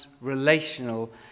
relational